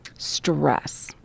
stress